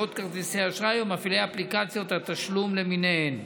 חברות כרטיסי האשראי או מפעילי אפליקציות התשלום למיניהם.